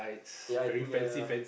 ya I think ya ya ya